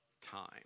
time